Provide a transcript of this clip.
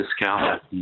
discount